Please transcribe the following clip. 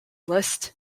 list